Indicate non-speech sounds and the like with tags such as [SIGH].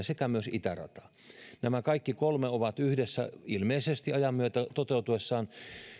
[UNINTELLIGIBLE] sekä myös itärata nämä kaikki kolme ovat yhdessä ilmeisesti ajan myötä toteutuessaan